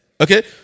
Okay